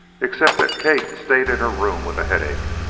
except that kate stayed in her room with a headache.